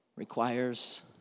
Requires